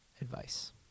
advice